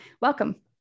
welcome